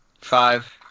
five